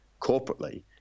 corporately